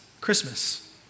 Christmas